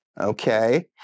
okay